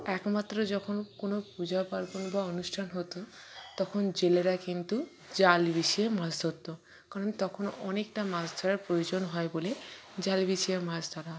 একমাত্র যখন কোনো পূজা পার্বণ বা অনুষ্ঠান হতো তখন জেলেরা কিন্তু জাল বিছিয়ে মাছ ধরত কারণ তখন অনেকটা মাছ ধরার প্রয়োজন হয় বলে জাল বিছিয়ে মাছ ধরা হয়